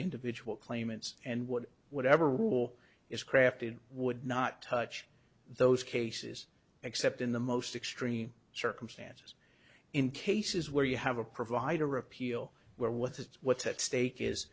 individual claimants and what whatever rule is crafted would not touch those cases except in the most extreme circumstances in cases where you have a provider appeal where what's its what's at stake is